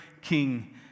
King